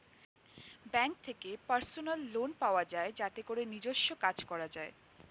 bank থেকে personal loan পাওয়া যায় যাতে করে নিজস্ব কাজ করা যায়